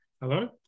Hello